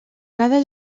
cada